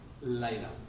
later